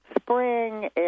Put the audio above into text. spring